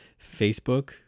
Facebook